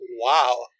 wow